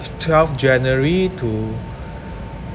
twelve january to